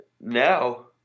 Now